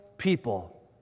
people